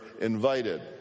invited